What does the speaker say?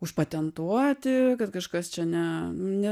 užpatentuoti kad kažkas čia ne ne